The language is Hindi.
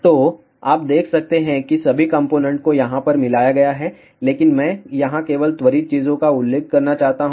तो आप देख सकते हैं कि सभी कॉम्पोनेन्ट को यहां पर मिलाया गया है लेकिन मैं यहां केवल त्वरित चीजों का उल्लेख करना चाहता हूं